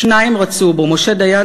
שניים רצו בו: משה דיין,